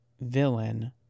villain